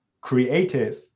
creative